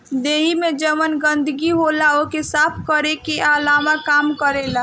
देहि में जवन गंदगी होला ओके साफ़ केरे में आंवला काम करेला